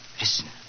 Listen